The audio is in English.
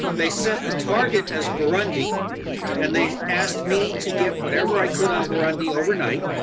they set the target as burundi and they asked me to get whatever i could on burundi over night,